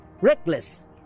reckless